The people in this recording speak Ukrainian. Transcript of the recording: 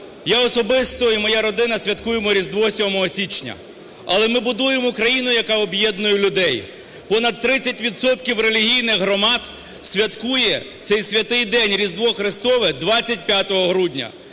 Я особисто і моя родина святкуємо Різдво 7 січня. Але ми будуємо країну, яка об'єднує людей. Понад 30 відсотків релігійних громад святкує цей святий день Різдво Христове 25 грудня,